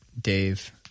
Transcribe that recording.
Dave